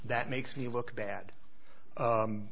that makes me look bad